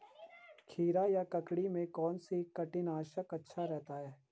खीरा या ककड़ी में कौन सा कीटनाशक अच्छा रहता है?